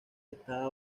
esta